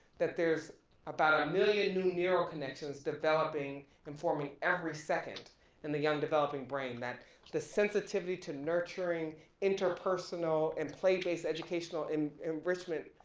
that there's about a million new neuro connections developing and forming every second in the young developing brain, that the sensitivity to nurturing interpersonal and play based educational enrichment